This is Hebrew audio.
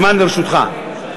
הזמן לרשותך.